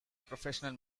professional